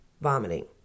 vomiting